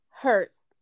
hurts